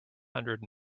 hundred